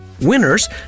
Winners